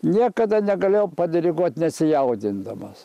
niekada negalėjau padiriguot nesijaudindamas